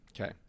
Okay